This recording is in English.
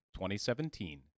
2017